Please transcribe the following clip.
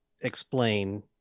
explain